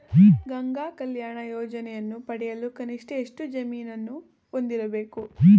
ಗಂಗಾ ಕಲ್ಯಾಣ ಯೋಜನೆಯನ್ನು ಪಡೆಯಲು ಕನಿಷ್ಠ ಎಷ್ಟು ಜಮೀನನ್ನು ಹೊಂದಿರಬೇಕು?